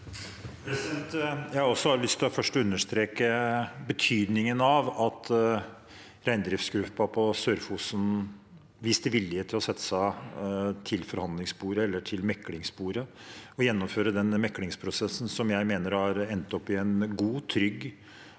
jeg har lyst til først å understreke betydningen av at reindriftsgruppen på Sør-Fosen viste vilje til å sette seg til forhandlingsbordet eller til meklingsbordet og gjennomføre den meklingsprosessen som jeg mener har endt opp i en god og trygg